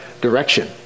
direction